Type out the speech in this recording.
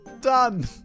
Done